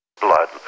blood